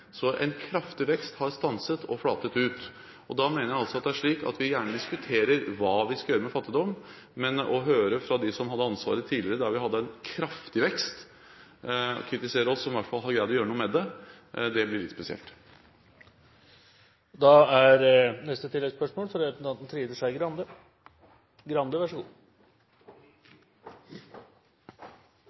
så en kraftig vekst har stanset og flatet ut. Vi diskuterer gjerne hva vi skal gjøre med fattigdom, men å høre dem som hadde ansvaret tidligere – da vi hadde en kraftig vekst – kritisere oss som i hvert fall har greid å gjøre noe med det, blir litt spesielt. Trine Skei Grande – til oppfølgingsspørsmål. Jeg vil også ønske statsministeren god